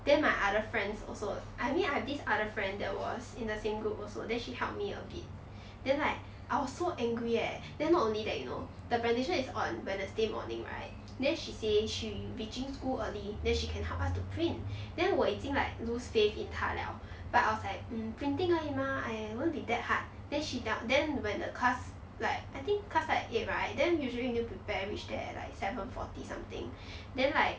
then my other friends also I mean I've this other friend that was in the same group also then she helped me a bit then like I was so angry eh then not only that you know the presentation is on wednesday morning right then she say she reaching school early then she can help us to print then 我已经 like lose faith in 她 liao but I was like mm printing 而已 mah !aiya! won't be that hard then she te~ then when the class like I think class start at eight right then usually you need to prepare reach there like seven forty something then like